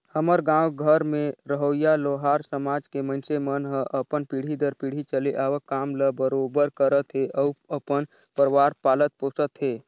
हमर गाँव घर में रहोइया लोहार समाज के मइनसे मन ह अपन पीढ़ी दर पीढ़ी चले आवक काम ल बरोबर करत हे अउ अपन परवार पालत पोसत हे